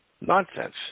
nonsense